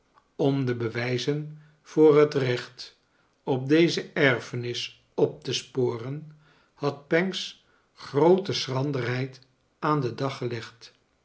om de bewijzen voor het recht op deze erfenis op te sporen had pancks groote schranderheid aan den dag gelegd